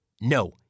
No